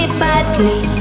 badly